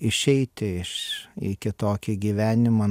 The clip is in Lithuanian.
išeiti iš į kitokį gyvenimą